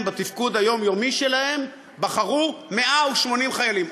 בתפקוד היומיומי שלהם בחרו 180 חיילים,